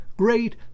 great